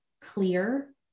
clear